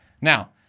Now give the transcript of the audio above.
Now